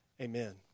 Amen